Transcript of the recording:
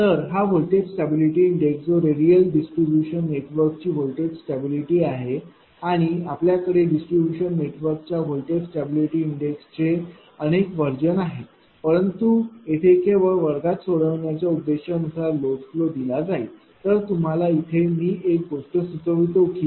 तर हा voltage stability index जो कि रेडियल डिस्ट्रीब्यूशन नेटवर्क ची व्होल्टेज स्टॅबिलिटी आहे आणि आपल्याकडे डिस्ट्रीब्यूशन नेटवर्कच्या व्होल्टेज स्टॅबिलिटी इंडेक्स चे अनेक वर्श़न आहेत परंतु येथे केवळ वर्गात सोडवण्याच्या उद्देशानुसारच लोड फ्लो दिला जाईल तर तुम्हाला इथे मी एक गोष्ट सुचवतो की